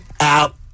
out